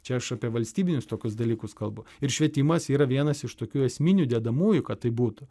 čia aš apie valstybinius tokius dalykus kalbu ir švietimas yra vienas iš tokių esminių dedamųjų kad taip būtų